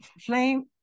Flame